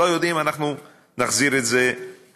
לא יודעים, אנחנו נחזיר את זה לאוצר.